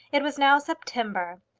it was now september,